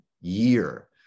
year